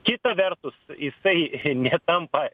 kita vertus jisai netampa